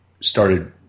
started